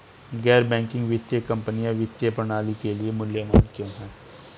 गैर बैंकिंग वित्तीय कंपनियाँ वित्तीय प्रणाली के लिए मूल्यवान क्यों हैं?